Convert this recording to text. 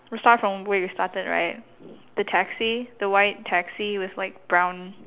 we start from where we started right the taxi the white taxi with like brown